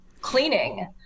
cleaning